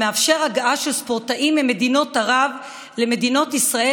המאפשר הגעה של ספורטאים ממדינות ערב למדינת ישראל